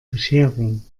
bescherung